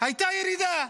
הייתה ירידה,